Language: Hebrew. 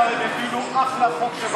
תאמין לי, בשבוע שעבר הם הפילו אחלה חוק שבעולם.